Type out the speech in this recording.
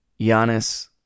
Giannis